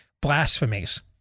blasphemies